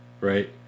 right